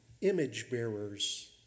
image-bearers